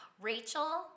Rachel